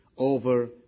Over